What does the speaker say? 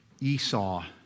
Esau